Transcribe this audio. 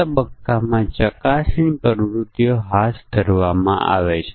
હવે ચાલો એક ઉદાહરણ જોઈએ